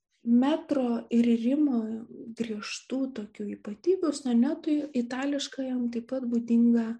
metro ir rimo griežtų tokių ypatybių sonetui itališkajam taip pat būdinga